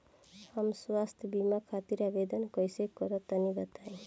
हम स्वास्थ्य बीमा खातिर आवेदन कइसे करि तनि बताई?